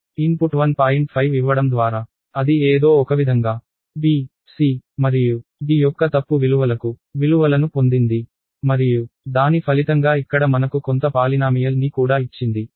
5 ఇవ్వడం ద్వారా అది ఏదో ఒకవిధంగా b c మరియు d యొక్క తప్పు విలువలకు విలువలను పొందింది మరియు దాని ఫలితంగా ఇక్కడ మనకు కొంత పాలినామియల్ ని కూడా ఇచ్చింది